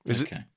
Okay